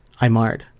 Imard